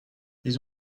ils